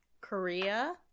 Korea